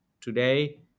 today